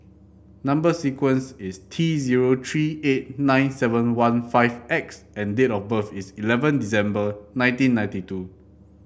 number sequence is T zero three eight nine seven one five X and date of birth is eleven December nineteen ninety two